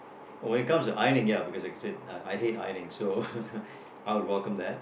when it comes to ironing ya because like I said uh I hate ironing so I would welcome that